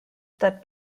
that